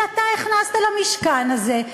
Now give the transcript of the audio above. שאתה הכנסת למשכן הזה,